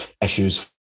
issues